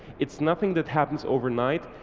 it's nothing that happens overnight.